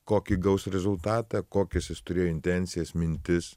kokį gaus rezultatą kokias jis turėjo intencijas mintis